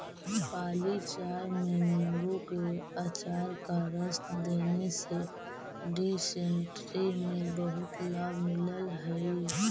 काली चाय में नींबू के अचार का रस देने से डिसेंट्री में बहुत लाभ मिलल हई